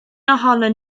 ohonon